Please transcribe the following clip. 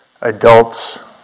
adults